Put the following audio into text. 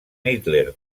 hitler